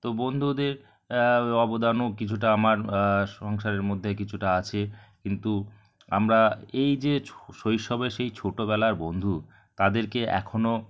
তো বন্ধুদের অবদানও কিছুটা আমার সংসারের মধ্যে কিছুটা আছে কিন্তু আমরা এই যে শৈশবে সেই ছোটবেলার বন্ধু তাদেরকে এখনও